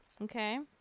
Okay